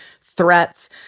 threats